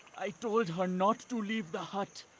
i told her not to leave the hut!